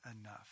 enough